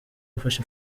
gufasha